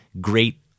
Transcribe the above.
Great